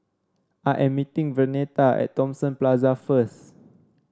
I am meeting Vernetta at Thomson Plaza first